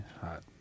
hot